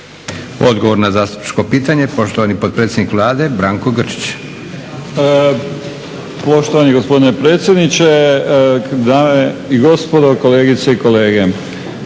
Odgovor na zastupničko pitanje, poštovani potpredsjednik Vlade Branko Grčić. **Grčić, Branko (SDP)** Poštovani gospodine predsjedniče, dame i gospodo kolegice i kolege.